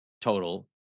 total